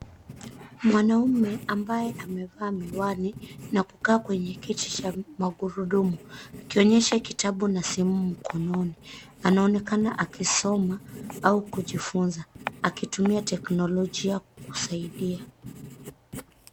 Mwanaume ambaye amevaa miwani, na kukaa kwenye kiti cha magurudumu, akionyesha kitabu na simu mkononi. Anaonekana akisoma au kujifunza, akitumia teknolojia kusaidia.